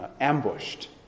ambushed